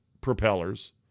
propellers